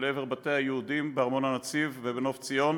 לעבר בתי היהודים בארמון-הנציב ובנוף-ציון,